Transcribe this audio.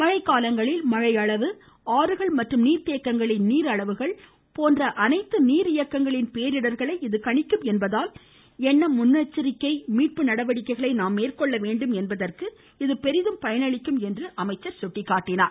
மழைக்காலங்களில் மழை அளவு ஆறுகள் மற்றும் நீர் தேக்கங்களின் அளவுகள் போன்ற அனைத்து நீர் இயக்கங்களின் பேரிடர்களை இது கணிக்கும் என்பதால் என்ன முன்னெச்சரிக்கை மீட்பு நடவடிக்கைகளை நாம் மேற்கொள்ள வேண்டும் என்பதற்கு இது பெரிதும் பயனளிக்கும் என்று சுட்டிக்காட்டினார்